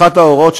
אחת ההוראות,